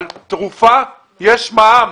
על תרופה יש מע"מ,